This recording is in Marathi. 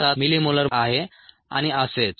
7 मिलीमोलार आहे आणि असेच